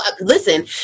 listen